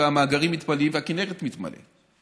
המאגרים מתמלאים והכינרת מתמלאת.